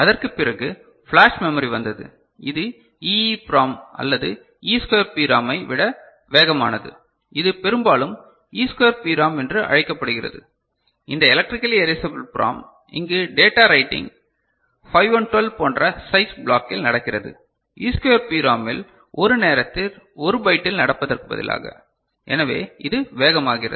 அதற்குப் பிறகு flash memory வந்தது இது EEPROM அல்லது E ஸ்குயர் PROM ஐ விட வேகமானது இது பெரும்பாலும் E ஸ்குயர் PROM என்றும் அழைக்கப்படுகிறது இந்த எலெக்ட்ரிக்கலி எரேசபல் PROM இங்கு டேட்டா ரைட்டிங் 512 போன்ற சைஸ் ப்ளாக்கில் நடக்கிறது E ஸ்குயர் PROMஇல் ஒரு நேரத்தில் 1 பைட்டில் நடப்பதற்கு பதிலாக எனவே இது வேகமாகிறது